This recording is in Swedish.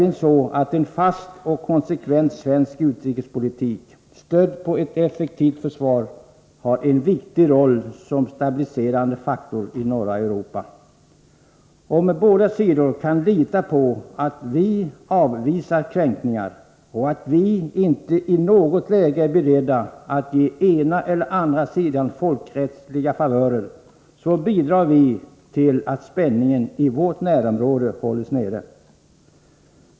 En fast och konsekvent svensk utrikespolitik, stödd på ett effektivt försvar, har nämligen en viktig roll som stabiliserande faktor i norra Europa. Om båda sidor kan lita på att vi avvisar kränkningar och att vi inte i något läge är beredda att ge den ena eller den andra sidan folkrättsstridiga favörer, bidrar vi till att spänningen i vårt närområde hålls nere.